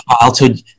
childhood